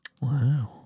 Wow